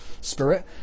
Spirit